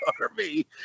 army